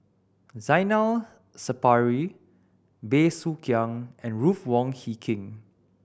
Zainal Sapari Bey Soo Khiang and Ruth Wong Hie King